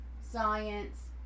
science